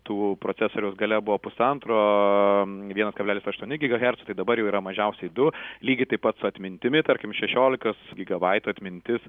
tų procesoriaus galia buvo pusantro vienas kablelis aštuoni gigahercų tai dabar jau yra mažiausiai du lygiai taip pat su atmintimi tarkim šešiolikos gigabaitų atmintis